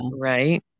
right